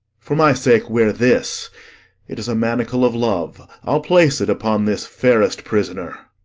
for my sake wear this it is a manacle of love i'll place it upon this fairest prisoner.